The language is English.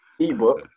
ebook